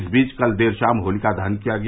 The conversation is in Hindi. इस बीच कल देर शाम होलिका दहन किया गया